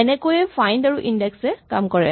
এনেকৈয়ে ফাইন্ড আৰু ইনডেক্স এ কাম কৰে